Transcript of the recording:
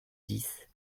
dix